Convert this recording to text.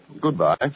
Goodbye